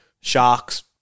sharks